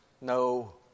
no